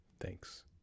Thanks